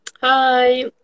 Hi